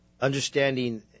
understanding